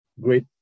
great